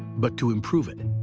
but to improve it. and